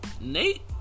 Nate